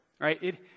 right